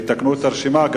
יתקנו את הרשימה.